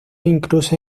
incluso